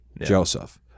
Joseph